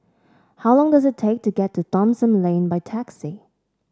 how long does it take to get to Thomson Lane by taxi